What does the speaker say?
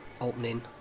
opening